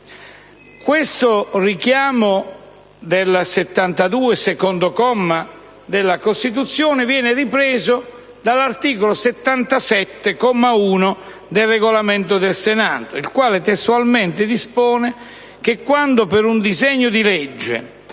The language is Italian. dell'articolo 72, secondo comma, della Costituzione viene ripreso dall'articolo 77, comma 1, del Regolamento del Senato, il quale testualmente dispone: «Quando per un disegno di legge